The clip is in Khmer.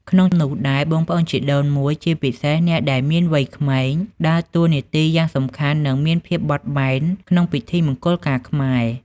ក្នុងនោះដែរ បងប្អូនជីដូនមួយ ជាពិសេសអ្នកដែលមានវ័យក្មេង ដើរតួនាទីយ៉ាងសំខាន់ និងមានភាពបត់បែនក្នុងពិធីមង្គលការខ្មែរ។